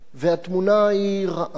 והתמונה היא רעה מאוד.